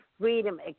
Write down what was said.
freedom